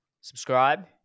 Subscribe